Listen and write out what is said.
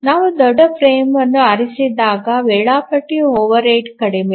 ನಾವು ದೊಡ್ಡ ಫ್ರೇಮ್ ಗಾತ್ರವನ್ನು ಆರಿಸಿದಾಗ ವೇಳಾಪಟ್ಟಿ ಓವರ್ಹೆಡ್ ಕಡಿಮೆ